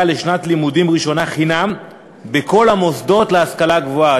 לשנת לימודים ראשונה חינם בכל המוסדות להשכלה גבוהה.